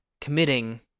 committing